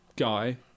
guy